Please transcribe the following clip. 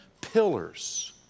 pillars